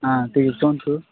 ହଁ ଟିକିଏ କୁହନ୍ତୁ